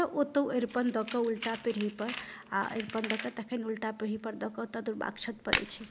तऽ ओतौ अरिपन दऽ कऽ उल्टा पीढ़ी पर आ अरिपन दऽ कऽ तखन उल्टा पीढ़ी पर दऽ कऽ तब दुर्वाक्षत पड़ै छै